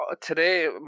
today